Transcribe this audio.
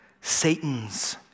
Satan's